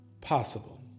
possible